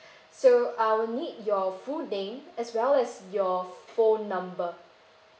so I'll need your full name as well as your phone number